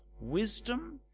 wisdom